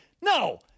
No